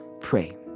pray